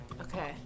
Okay